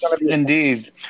Indeed